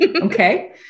Okay